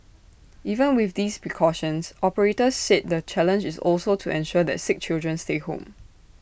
even with these precautions operators said the challenge is also to ensure that sick children stay home